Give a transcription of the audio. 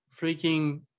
freaking